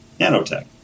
Nanotech